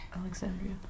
Alexandria